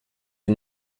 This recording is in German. die